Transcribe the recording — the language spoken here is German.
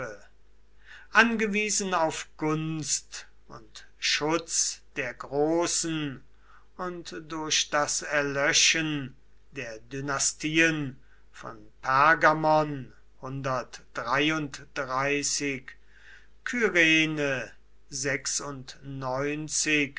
angewiesen auf gunst und schutz der großen und durch das erlöschen der dynastien von pergamon kyrene